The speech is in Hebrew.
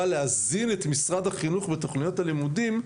להזין את משרד החינוך ותוכניות הלימודים,